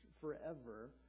forever